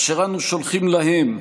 ואנו שולחים להם,